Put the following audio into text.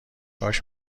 کاش